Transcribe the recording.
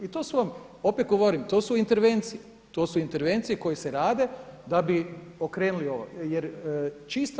I to su opet govorim to su intervencije, to su intervencije koje se rade da bi okrenuli ovo.